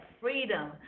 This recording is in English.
Freedom